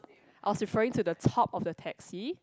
I was referring to the top of the taxi